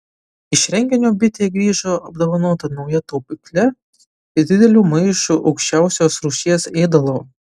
iš renginio bitė grįžo apdovanota nauja taupykle ir dideliu maišu aukščiausios rūšies ėdalo